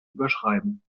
überschreiben